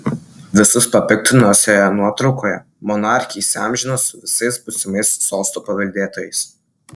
visus papiktinusioje nuotraukoje monarchė įsiamžino su visais būsimais sosto paveldėtojais